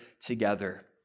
together